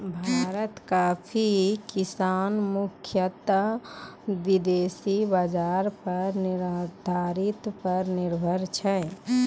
भारत मॅ कॉफी किसान मुख्यतः विदेशी बाजार पर निर्यात पर निर्भर छै